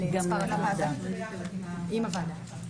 ביחד עם הוועדה.